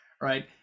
right